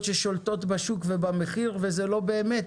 ששולטות בשוק ובמחיר וזה לא באמת